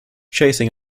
chasing